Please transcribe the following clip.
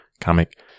comic